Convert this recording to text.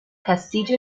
castillo